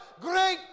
great